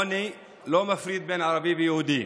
עוני לא מפריד בין ערבי ליהודי,